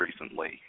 recently